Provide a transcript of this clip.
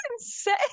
insane